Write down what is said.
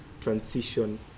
transition